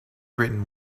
written